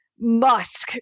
musk